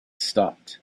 stopped